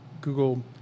Google